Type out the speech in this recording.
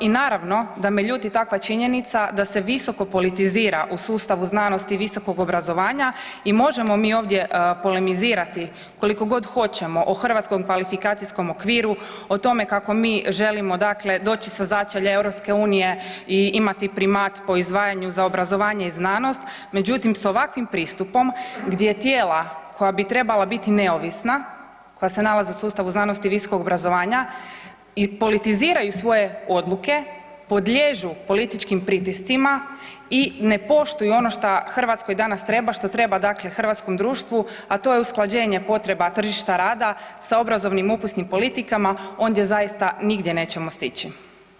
I naravno da me ljuti takva činjenica da se visoko politizira u sustavu znanosti i visokog obrazovanja i možemo mi ovdje polemizirati koliko god hoćemo o hrvatskom kvalifikacijskom okviru o tome kako mi želimo dakle doći sa začelja EU i imati primat po izdvajanju za obrazovanje i znanost međutim s ovakvim pristupom gdje tijela koja bi trebala biti neovisna koja se nalaze u sustavu znanosti i visokog obrazovanja politiziraju svoje odluke, podliježu političkim pritiscima i ne poštuju ono što Hrvatskoj danas treba što treba dakle hrvatskom društvu, a to je usklađenje potreba tržišta rada s obrazovnim upisnim politikama, ondje zaista nigdje nećemo stići.